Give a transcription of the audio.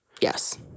Yes